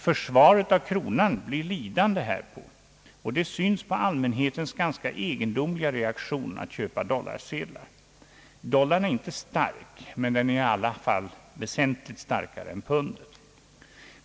Försvaret av kronan blir lidande härpå, och det syns på allmänhetens ganska egendomliga reaktion att köpa dollarsedlar. Dollarn är inte stark, men den är i alla fall väsentligt starkare än pundet.